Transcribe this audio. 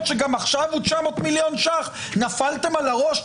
שגם עכשיו הוא 900,000,000 ש"ח נפלתם על הראש?